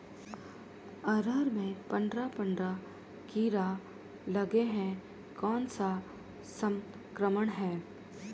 अरहर मे पंडरा पंडरा कीरा लगे हे कौन सा संक्रमण हे?